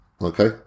Okay